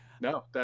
No